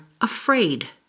afraid